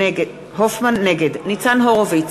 נגד ניצן הורוביץ,